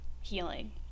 healing